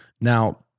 Now